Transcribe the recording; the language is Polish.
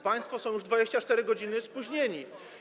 Państwo są już 24 godziny spóźnieni.